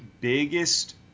biggest